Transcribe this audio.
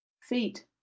feet